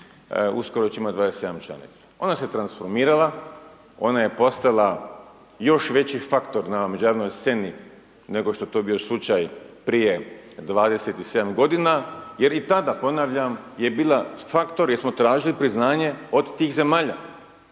uskoro će imati 27 članica. Ona se transformirala, ona je postala još veći faktor na međunarodnoj sceni nego što je to bio slučaj prije 27 godina jer i tada ponavljam je bila faktor, jer smo tražili priznanje od tih zemalja.